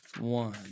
one